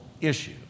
issue